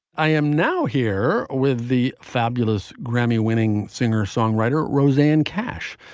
i am now here with the fabulous grammy winning singer songwriter rosanne cash,